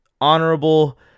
honorable